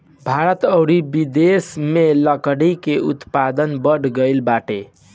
भारत अउरी बिदेस में लकड़ी के उत्पादन बढ़ गइल बाटे